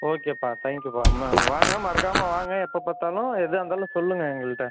ஓகேப்பா தேங்க்யூப்பா மு வாங்க மறக்காமல் வாங்க எப்போ பார்த்தாலும் எதுவாக இருந்தாலும் சொல்லுங்கள் எங்கள்கிட்ட